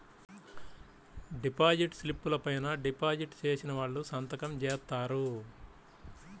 deposit స్లిపుల పైన deposit చేసిన వాళ్ళు సంతకం జేత్తారు